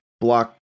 block